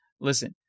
listen